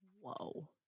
Whoa